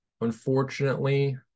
unfortunately